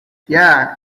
yeah